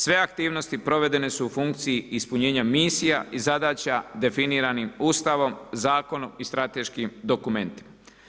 Sve aktivnosti provedene su u funkciji ispunjenja misija i zadaća definiranim Ustavom, zakonom i strateškim dokumentima.